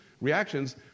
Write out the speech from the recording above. reactions